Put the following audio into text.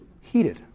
heated